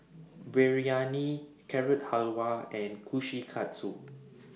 Biryani Carrot Halwa and Kushikatsu